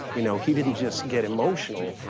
you know, he didn't just get emotional,